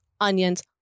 onions